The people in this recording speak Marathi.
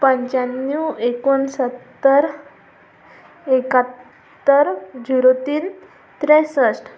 पंचाण्णव एकोणसत्तर एकाहत्तर जिरो तीन त्रेसष्ट